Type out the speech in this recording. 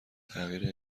تغییر